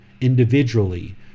individually